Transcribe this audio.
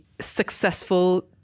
successful